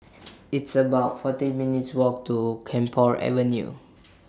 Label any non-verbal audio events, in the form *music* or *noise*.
*noise* It's about forty minutes' Walk to Camphor Avenue